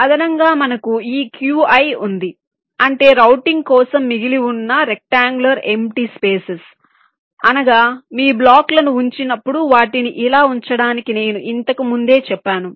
అదనంగా మనకు ఈ Qi ఉంది అంటే రౌటింగ్ కోసం మిగిలి ఉన్న రెక్టన్గ్ఉలర్ ఎంప్టీ స్పేసెస్ అనగా మీరు బ్లాక్లను ఉంచినప్పుడు వాటిని ఇలా ఉంచడానికి నేను ఇంతకు ముందే చెప్పాను